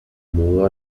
mudó